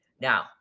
Now